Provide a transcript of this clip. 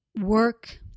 work